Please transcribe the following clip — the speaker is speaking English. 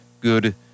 good